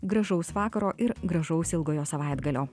gražaus vakaro ir gražaus ilgojo savaitgalio